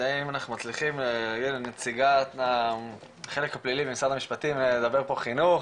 אם אנחנו מצליחים שנציגת החלק הפלילי במשרד המשפטים לדבר פה על חינוך,